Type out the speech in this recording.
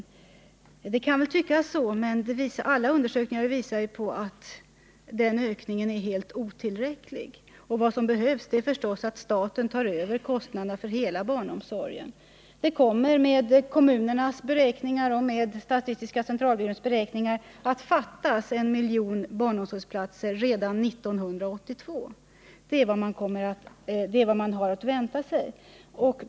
Ja, det kan tyckas så, men alla undersökningar visar att den ökningen är otillräcklig. Vad som behövs är förstås att staten tar över kostnaderna för hela barnomsorgen. Enligt kommunernas och statistiska centralbyråns beräkningar kommer det att fattas en miljon barnomsorgsplatser redan 1982. Det är vad man har att vänta sig.